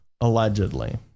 Allegedly